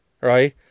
right